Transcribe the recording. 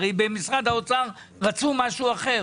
הרי במשרד האוצר רצו משהו אחר.